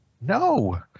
No